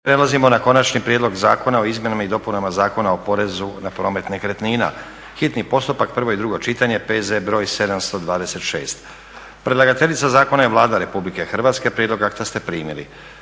Prelazimo na: - Konačni prijedlog zakona o izmjenama i dopunama Zakona o porezu na promet nekretnina, hitni postupak, prvo i drugo čitanje, P.Z. br. 726 Predlagateljica zakona je Vlada RH. Prijedlog akta ste primili.